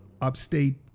upstate